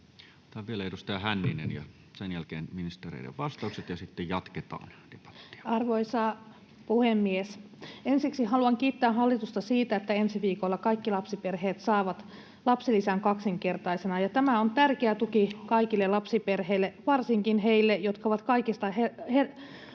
Pääluokka 33 Sosiaali- ja terveysministeriön hallinnonala Time: 17:35 Content: Arvoisa puhemies! Ensiksi haluan kiittää hallitusta siitä, että ensi viikolla kaikki lapsiperheet saavat lapsilisän kaksinkertaisena. Tämä on tärkeä tuki kaikille lapsiperheille, varsinkin heille, jotka ovat kaikista